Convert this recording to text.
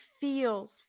feels